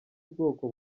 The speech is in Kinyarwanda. bwoko